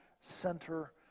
center